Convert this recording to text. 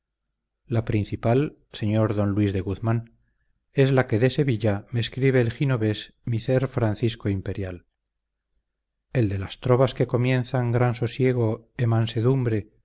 la principal señor don luis de guzmán es la que de sevilla me escribe el ginovés micer francisco imperial el de las trovas que comienzan gran sosiego e mansedumbre